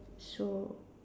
so